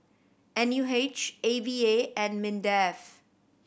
N U H A V A and MINDEF